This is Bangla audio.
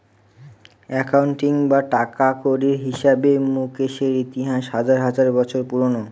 একাউন্টিং বা টাকাকড়ির হিসাবে মুকেশের ইতিহাস হাজার হাজার বছর পুরোনো